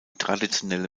traditionelle